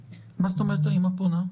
מה זאת אומרת שהאימא פונה?